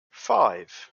five